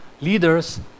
leaders